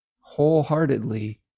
wholeheartedly